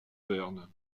verne